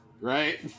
Right